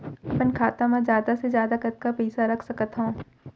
अपन खाता मा जादा से जादा कतका पइसा रख सकत हव?